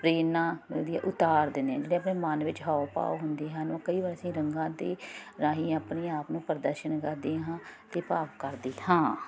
ਪ੍ਰੇਰਨਾ ਦਿੰਦੇ ਉਤਾਰਦੇ ਨੇ ਜਿਹੜੇ ਆਪਣੇ ਮਨ ਵਿੱਚ ਹਾਓ ਭਾਓ ਹੁੰਦੇ ਹਨ ਉਹ ਕਈ ਵਾਰ ਅਸੀਂ ਰੰਗਾਂ ਦੇ ਰਾਹੀਂ ਆਪਣੇ ਆਪ ਨੂੰ ਪ੍ਰਦਰਸ਼ਨ ਕਰਦੇ ਹਾਂ ਕਿ ਭਾਵ ਕਰਦੀ ਹਾਂ